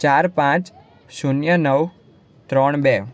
ચાર પાંચ શૂન્ય નવ ત્રણ બે